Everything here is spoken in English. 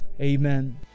amen